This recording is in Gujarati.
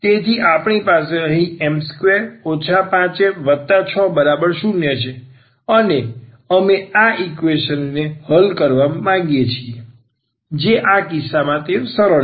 તેથી આપણી પાસે અહીં m2 5m60 છે અને અમે આ ઈક્વેશન ને હલ કરવા માંગીએ છીએ જે આ કિસ્સામાં તે એક સરળ છે